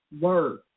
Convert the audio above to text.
Word